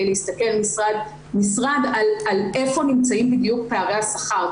להסתכל משרד-משרד על איפה נמצאים בדיוק פערי השכר.